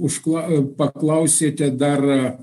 užkla paklausėte dar